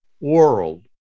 world